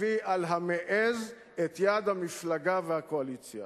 תביא על המעז את יד המפלגה והקואליציה.